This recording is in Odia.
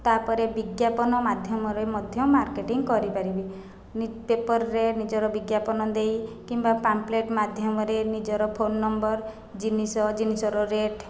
ତାପରେ ବିଜ୍ଞାପନ ମାଧ୍ୟମରେ ମଧ୍ୟ ମାର୍କେଟିଂ କରିପାରିବି ନିଉଜ୍ପେପର୍ରେ ନିଜର ବିଜ୍ଞାପନ ଦେଇ କିମ୍ବା ପାମ୍ପଲେଟ୍ ମାଧ୍ୟମରେ ନିଜର ଫୋନ୍ ନମ୍ବର୍ ଜିନିଷ ଜିନିଷର ରେଟ୍